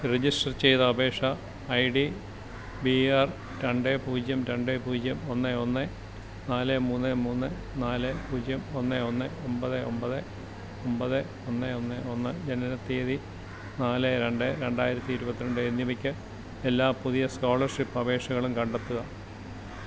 register ചെയ്ത അപേക്ഷ I D B R രണ്ട് പൂജ്യം രണ്ട് പൂജ്യം ഒന്ന് ഒന്ന് നാല് മൂന്ന് മൂന്ന് നാല് പൂജ്യം ഒന്ന് ഒന്ന് ഒമ്പത് ഒമ്പത് ഒമ്പത് ഒന്ന് ഒന്ന് ഒന്ന് ജനന തീയതി നാല് രണ്ട് രണ്ടായിരത്തി ഇരുപത്തിരണ്ട് എന്നിവയ്ക്ക് എല്ലാ പുതിയ സ്കോളർഷിപ്പ് അപേഷകളും കണ്ടെത്തുക